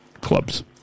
clubs